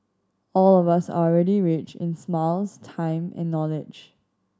all of us are already rich in smiles time and knowledge